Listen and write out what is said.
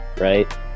right